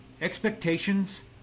expectations